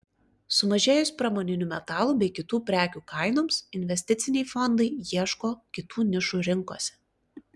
sumažėjus pramoninių metalų bei kitų prekių kainoms investiciniai fondai ieško kitų nišų rinkose